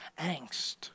angst